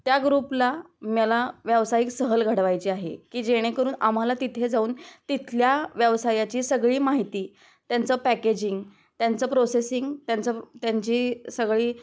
त्या ग्रुपला मला व्यावसायिक सहल घडवायची आहे की जेणेकरून आम्हाला तिथे जाऊन तिथल्या व्यवसायाची सगळी माहिती त्यांचं पॅकेजिंग त्यांचं प्रोसेसिंग त्यांचं त्यांची सगळी